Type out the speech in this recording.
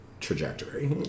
trajectory